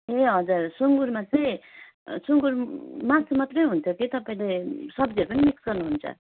ए हजुर सुँगुरमा चाहिँ सुँगुर मासु मात्रै हुन्छ कि तपाईँले सब्जीहरू पनि मिक्स गर्नुहन्छ